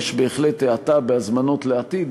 יש בהחלט האטה בהזמנות לעתיד,